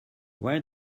where